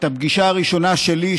את הפגישה הראשונה שלי,